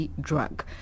drug